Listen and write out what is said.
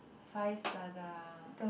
Far East Plaza